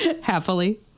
Happily